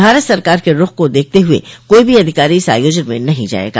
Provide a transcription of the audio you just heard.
भारत सरकार के रूख को देखते हुए कोई भी अधिकारी इस आयोजन में नहीं जाएगा